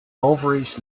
ovaries